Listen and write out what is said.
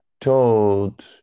told